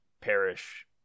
parish